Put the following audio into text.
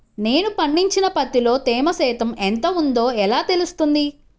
నేను పండించిన పత్తిలో తేమ శాతం ఎంత ఉందో ఎలా తెలుస్తుంది?